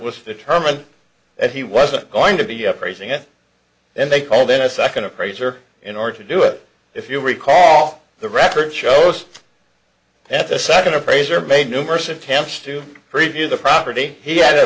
the term and that he wasn't going to be up raising it and they called in a second appraiser in order to do it if you recall off the record shows that the second appraiser made numerous attempts to preview the property he had a